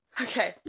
Okay